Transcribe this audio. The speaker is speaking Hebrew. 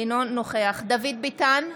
אינו נוכח דוד ביטן,